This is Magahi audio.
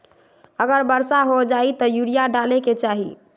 अगर वर्षा हो जाए तब यूरिया डाले के चाहि?